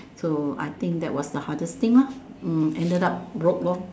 so I think that was the hardest thing lah mm ended up broke lor